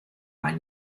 mei